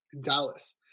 Dallas